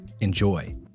Enjoy